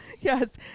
Yes